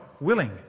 willing